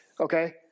okay